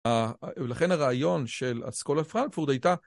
ולכן הרעיון של אסכולה פרנקפורט הייתה